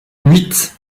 huit